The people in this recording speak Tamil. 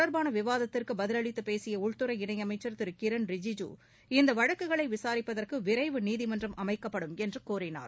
தொடர்பானவிவாதத்திற்குபதிலளித்துபேசியஉள்துறை இணையமைச்சர் திருகிரண் ரிஜிஜூ இவ இவ்வழக்குகளைவிசாரிப்பதற்குவிரைவு நீதிமன்றம் அமைக்கப்படும் என்றும் கூறினார்